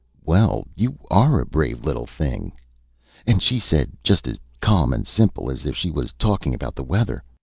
well, you are a brave little thing and she said, just as ca'm and simple as if she was talking about the weather,